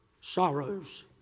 sorrows